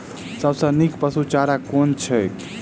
सबसँ नीक पशुचारा कुन छैक?